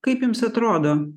kaip jums atrodo